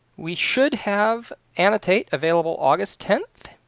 we should have annotate available august tenth